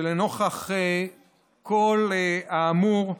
ולנוכח כל האמור,